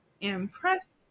impressed